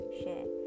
share